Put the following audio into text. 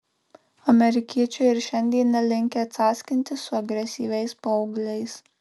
amerikiečiai ir šiandien nelinkę cackintis su agresyviais paaugliais